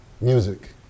Music